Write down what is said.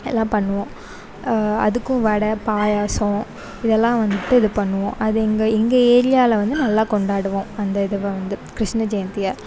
எல்லாம் பண்ணுவோம் அதுக்கும் வடை பாயாசம் இதல்லாம் வந்துவிட்டு இது பண்ணுவோம் அது எங்கள் எங்கள் ஏரியாவில் வந்து நல்லா கொண்டாடுவோம் அந்த இதுவ வந்து கிருஷ்ணர் ஜெயந்தியை